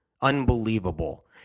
Unbelievable